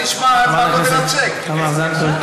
חברת הכנסת תמר זנדברג,